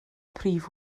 prif